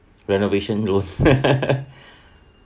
renovation loan